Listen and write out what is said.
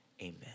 Amen